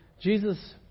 Jesus